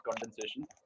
condensation